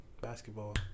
basketball